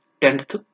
Tenth